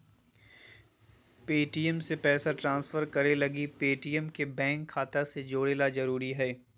Paytm से पैसा transfer करे लगी पेटीएम के बैंक खाता से जोड़े ल जरूरी हय